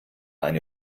eine